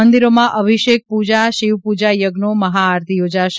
મંદિરોમાં અભિષેક પુજા શિવપુજા યજ્ઞો મહા આરતી યોજાશે